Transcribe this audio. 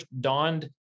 dawned